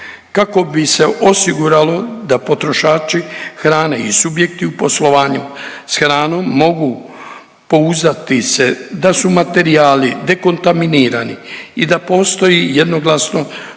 Kako bi se osiguralo da potrošači hrane i subjekti u poslovanju s hranom mogu pouzdati se da su materijali dekontaminirani i da postoji jednoglasno